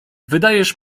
wydajesz